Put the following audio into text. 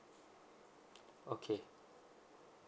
okay